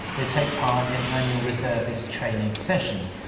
they take part in annual reservist training sessions.